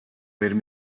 ვერ